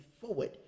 forward